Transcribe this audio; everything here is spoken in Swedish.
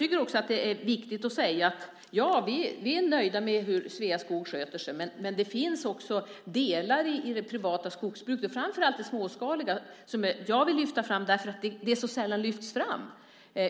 Det är också viktigt att säga detta: Ja, vi är nöjda med hur Sveaskog sköter sig, men det finns också delar i det privata skogsbruket, framför allt det småskaliga, som jag vill lyfta fram därför att det så sällan lyfts fram.